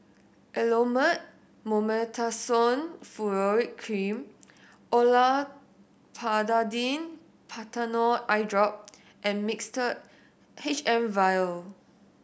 Elomet Mometasone Furoate Cream Olopatadine Patanol Eyedrop and Mixtard H M Vial